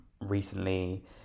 recently